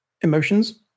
emotions